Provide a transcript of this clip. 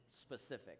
specific